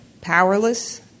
powerless